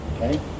Okay